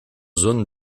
zone